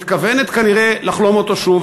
מתכוונת כנראה לחלום אותו שוב.